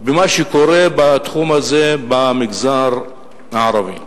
במה שקורה בתחום הזה במגזר הערבי.